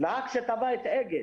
נהג שתבע את אגד,